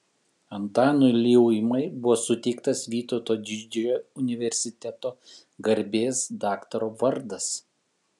antanui liuimai buvo suteiktas vytauto didžiojo universiteto garbės daktaro vardas